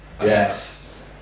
Yes